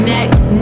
Next